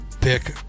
pick